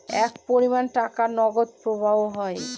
এক পরিমান টাকার নগদ প্রবাহ হয়